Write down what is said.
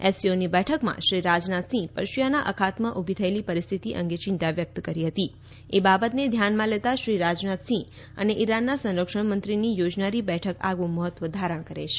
એસસીઓની બેઠકમાં શ્રી રાજનાથસિંહ પર્શિયાના અખાતમાં ઉભી થયેલી પરિસ્થિતિ અંગે ચિંતા વ્યક્ત કરી હતી એ બાબતને ધ્યાનમાં લેતા શ્રી રાજનાથસિંહ અને ઈરાનના સંરક્ષણમંત્રીની યોજાનારી બેઠક આગવું મહત્ત્વ ધારણ કરે છે